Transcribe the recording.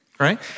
right